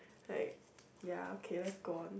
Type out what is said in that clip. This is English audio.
like ya K just go on